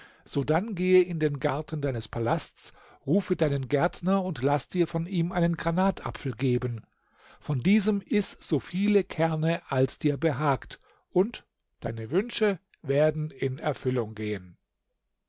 sodann gehe in den garten deines palasts rufe deinen gärtner und laß dir von ihm einen granatapfel geben von diesem iß so viele kerne als dir behagt und deine wünsche werden in erfüllung gehen